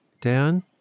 Dan